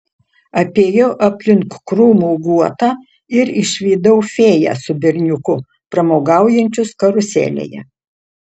apėjau aplink krūmų guotą ir išvydau fėją su berniuku pramogaujančius karuselėje